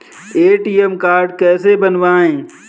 ATM card कैसे बनवाएँ?